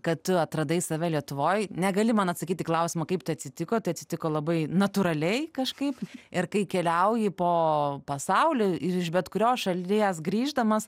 kad tu atradai save lietuvoj negali man atsakyti į klausimą kaip tai atsitiko tai atsitiko labai natūraliai kažkaip ir kai keliauji po pasaulį ir iš bet kurios šalies grįždamas